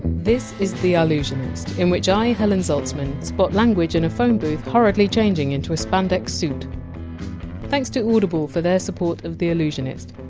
this is the allusionist, in which i, helen zaltzman, spot language in a phone booth hurriedly changing into a spandex suit thanks to audible for their support of the allusionist.